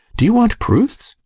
do you want proofs?